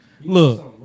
Look